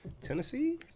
Tennessee